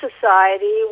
society